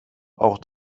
auch